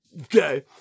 okay